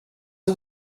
are